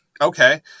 Okay